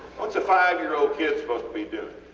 whats a five-year-old kid supposed to be doing?